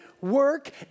work